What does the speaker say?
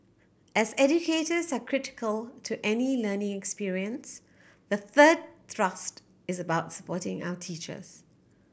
as educators are critical to any learning experience the third thrust is about supporting our teachers